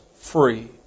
free